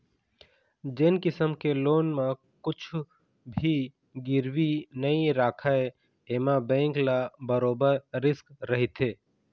जेन किसम के लोन म कुछ भी गिरवी नइ राखय एमा बेंक ल बरोबर रिस्क रहिथे